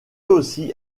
aussi